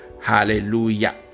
hallelujah